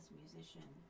musician